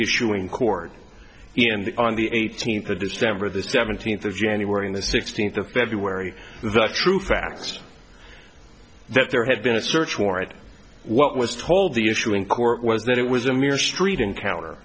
issue in court and on the eighteenth of december the seventeenth of january on the sixteenth of february the true facts that there have been a search warrant what was told the issue in court was that it was a mere street encounter